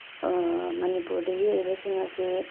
ꯃꯅꯤꯄꯨꯔꯗ ꯌꯦꯛꯏꯕꯁꯤꯡ ꯑꯁꯦ